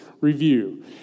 review